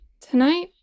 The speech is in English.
tonight